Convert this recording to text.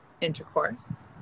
intercourse